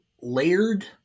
layered